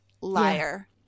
liar